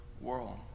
world